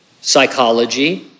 psychology